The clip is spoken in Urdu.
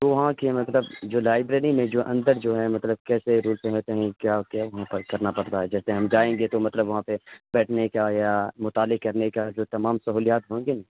تو وہاں کیا مطلب جو لائیبریری میں جو اندر جو ہے مطلب کیسے رولس رہتے ہیں کیا کیا وہاں پر کرنا پڑتا ہے جیسے ہم جائیں گے تو مطلب وہاں پہ بیٹھنے کا یا مطالعے کرنے کا جو تمام سہولیات ہوں گی نا